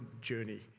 journey